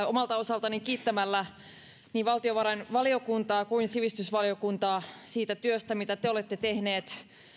omalta osaltani kiittämällä niin valtiovarainvaliokuntaa kuin sivistysvaliokuntaa siitä työstä mitä te te olette tehneet